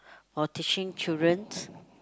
or teaching children's